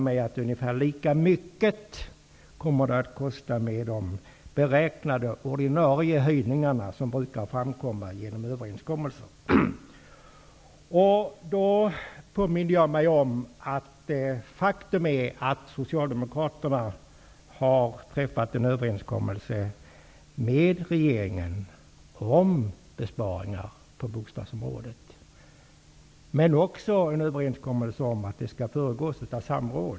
Dessutom kan man räkna med att de beräknade ordinarie höjningarna, som brukar framkomma genom överenskommelser, kommer att innebära en ungefär lika stor kostnad.